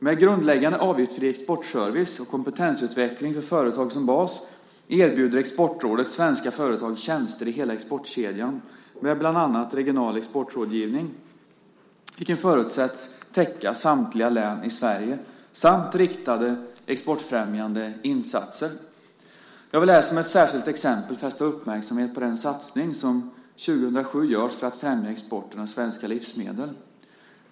Med grundläggande avgiftsfri exportservice och kompetensutveckling för företag som bas erbjuder Exportrådet svenska företag tjänster i hela exportkedjan med bland annat regional exportrådgivning, vilken förutsätts täcka samtliga län i Sverige, samt riktade exportfrämjande insatser. Jag vill här som ett särskilt exempel fästa uppmärksamhet på den satsning som 2007 görs för att främja exporten av svenska livsmedel.